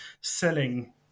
selling